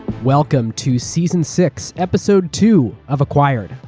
welcome to season six episode two of acquired,